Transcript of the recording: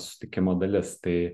susitikimo dalis tai